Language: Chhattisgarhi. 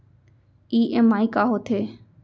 ई.एम.आई का होथे?